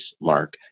Mark